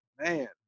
man